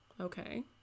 okay